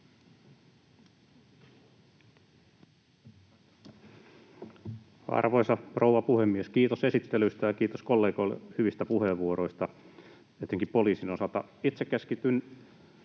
Arvoisa rouva puhemies! Kiitos esittelystä ja kiitos kollegoille hyvistä puheenvuoroista etenkin poliisin osalta. Itse keskityn